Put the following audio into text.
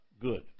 good